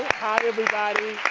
hi everybody.